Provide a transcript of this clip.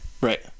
right